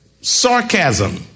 Sarcasm